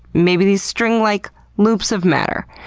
maybe these string-like loops of matter.